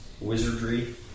Wizardry